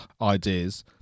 ideas